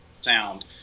sound